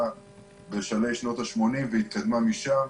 שנכנסה בשלהי שנות ה-80 והתקדמה משם.